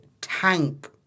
tank